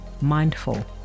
mindful